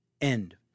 End